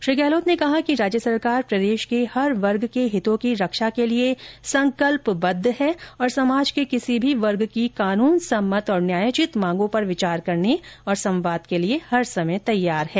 श्री गहलोत ने कहा कि राज्य सरकार प्रदेश के हर वर्ग के हितो की रक्षा के लिए संकल्पबद्ध है और समाज के किसी भी वर्ग की कानून सम्मत और न्यायोचित मांगों पर विचार करने तथा संवाद के लिए हर समय तैयार है